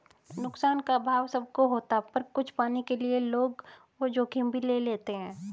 नुकसान का अभाव सब को होता पर कुछ पाने के लिए लोग वो जोखिम भी ले लेते है